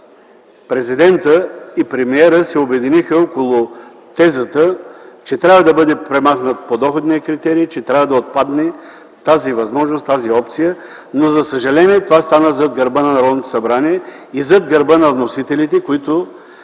президентът и премиерът се обединиха около тезата, че трябва да бъде премахнат подоходният критерий, че трябва да отпадне тази опция, но, за съжаление, това стана зад гърба на Народното събрание и зад гърба на вносителите, които